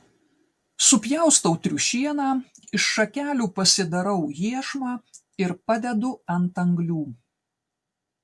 supjaustau triušieną iš šakelių pasidarau iešmą ir padedu ant anglių